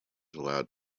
allowed